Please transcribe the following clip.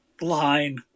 line